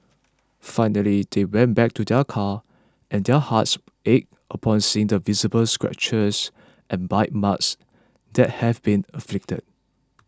finally they went back to their car and their hearts ached upon seeing the visible scratches and bite marks that have been inflicted